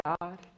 God